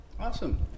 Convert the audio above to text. Awesome